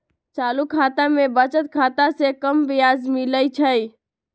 चालू खता में बचत खता से कम ब्याज मिलइ छइ